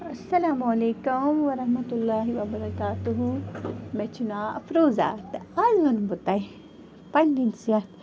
السلامُ علیکُم وَرحمتہ اللہ وَبَرکاتُہہ مےٚ چھُ ناو اَفروضہ تہٕ آز وَنہٕ بہٕ تۄہہِ پَنٛنِس یَتھ